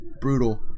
brutal